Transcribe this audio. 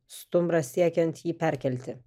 stumbras siekiant jį perkelti